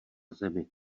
zemi